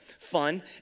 Fun